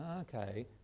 Okay